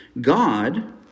God